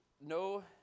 no